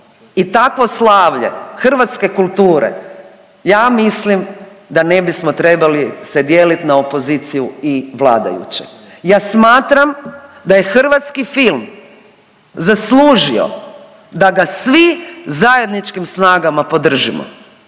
i takvo slavlje hrvatske kulture ja mislim da ne bismo trebali se dijelit na opoziciju i vladajuće. Ja smatram da je hrvatski film zaslužio da ga svi zajedničkim snagama podržimo,